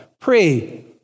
pray